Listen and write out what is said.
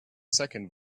second